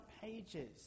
pages